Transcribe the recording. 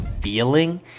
feeling